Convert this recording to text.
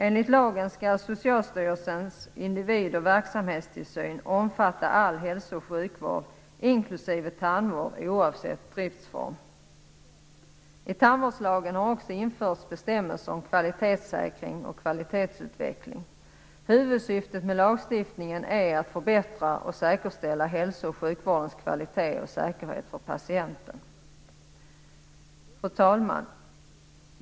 Enligt lagen skall Socialstyrelsens individ och verksamhetstillsyn omfatta all hälso och sjukvård inklusive tandvård oavsett driftsform. I tandvårdslagen har också införts bestämmelser om kvalitetssäkring och kvalitetsutveckling. Huvudsyftet med lagstiftningen är att förbättra och säkerställa hälso och sjukvårdens kvalitet och säkerhet för patienten. Fru talman!